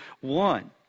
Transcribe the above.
one